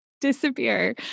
disappear